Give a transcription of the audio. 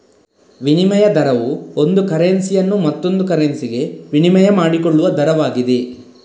ವಿನಿಮಯ ದರವು ಒಂದು ಕರೆನ್ಸಿಯನ್ನು ಮತ್ತೊಂದು ಕರೆನ್ಸಿಗೆ ವಿನಿಮಯ ಮಾಡಿಕೊಳ್ಳುವ ದರವಾಗಿದೆ